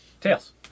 Tails